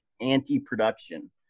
anti-production